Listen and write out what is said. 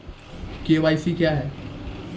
KYC क्या हैं?